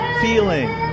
Feeling